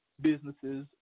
businesses